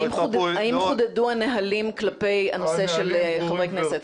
האם חודדו הנהלים כלפי הנושא של חברי כנסת?